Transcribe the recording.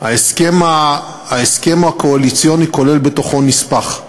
ההסכם הקואליציוני כולל בתוכו נספח,